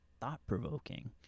thought-provoking